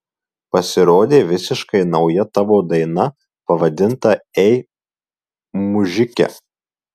pasirodė visiškai nauja tavo daina pavadinta ei mužike